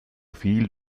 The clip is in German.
viel